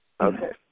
Okay